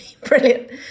brilliant